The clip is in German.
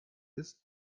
ist